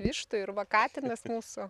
vištų ir va katinas mūsų